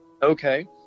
Okay